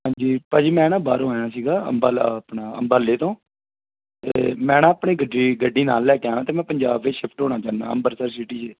ਹਾਂਜੀ ਭਾਅ ਜੀ ਮੈਂ ਨਾ ਬਾਹਰੋਂ ਆਇਆ ਸੀਗਾ ਅੰਬਾਲਾ ਆਪਣਾ ਅੰਬਾਲੇ ਤੋਂ ਅਤੇ ਮੈਂ ਨਾ ਆਪਣੀ ਗਡੀ ਗੱਡੀ ਨਾਲ ਲੈ ਕੇ ਆਉਣਾ ਅਤੇ ਮੈਂ ਪੰਜਾਬ ਵਿੱਚ ਸ਼ਿਫਟ ਹੋਣਾ ਚਾਹੁੰਦਾ ਅੰਮ੍ਰਿਤਸਰ ਸਿਟੀ 'ਚ